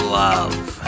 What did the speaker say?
love